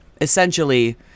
essentially